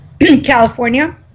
California